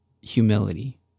humility